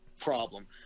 problem